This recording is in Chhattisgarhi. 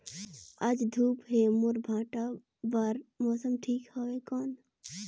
आज धूप हे मोर भांटा बार मौसम ठीक हवय कौन?